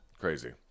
crazy